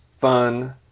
fun